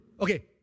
Okay